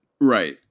Right